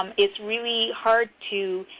um it's really hard to